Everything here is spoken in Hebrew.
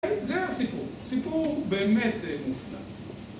זה הסיפור, סיפור באמת מופלא